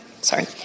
sorry